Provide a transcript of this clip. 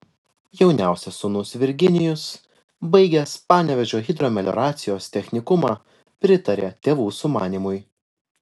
jauniausias sūnus virginijus baigęs panevėžio hidromelioracijos technikumą pritarė tėvų sumanymui